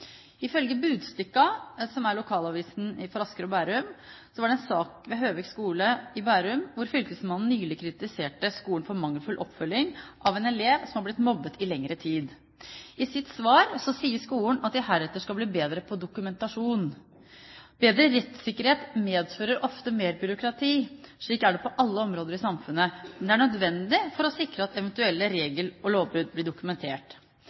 Ifølge Budstikka, som er lokalavisen for Asker og Bærum, var det en sak ved Høvik skole i Bærum hvor fylkesmannen nylig kritiserte skolen for mangelfull oppfølging av en elev som var blitt mobbet i lengre tid. I sitt svar sier skolen at de heretter skal bli bedre på dokumentasjon. Bedre rettssikkerhet medfører ofte mer byråkrati. Slik er det på alle områder i samfunnet, men det er nødvendig for å sikre at eventuelle regel- og lovbrudd blir dokumentert.